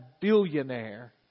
billionaire